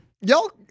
y'all